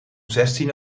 zestien